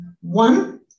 one